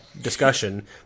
discussion